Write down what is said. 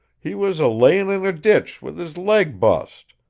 he was a-layin' in a ditch, with his leg bust.